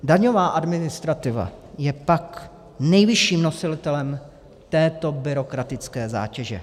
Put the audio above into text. Daňová administrativa je pak nejvyšším nositelem této byrokratické zátěže.